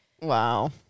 Wow